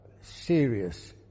serious